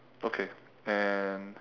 okay and